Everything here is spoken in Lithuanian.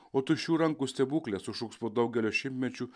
o tuščių rankų stebukle sušuks po daugelio šimtmečių